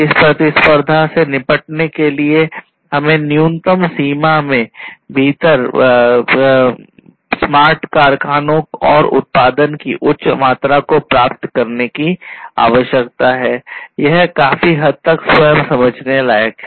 इस प्रतिस्पर्धा से निपटने के लिए हमें न्यूनतम समय सीमा के भीतर स्मार्ट कारखानों और उत्पादन की उच्च मात्रा को प्राप्त करने की आवश्यकता है यह काफी हद तक स्वयं समझने लायक है